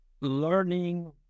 learning